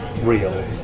real